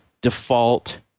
default